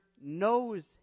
knows